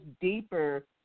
deeper